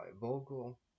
Vogel